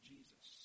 Jesus